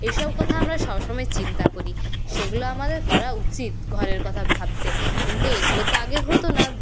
এই সব কথা আমরা সব সময় চিন্তা করি সেগুলো আমাদের করা উচিত ঘরের কথা ভাবতে কিন্তু এগুলো তো আগে হতো না